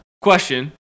Question